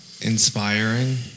inspiring